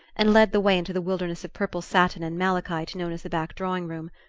and led the way into the wilderness of purple satin and malachite known as the back drawing-room,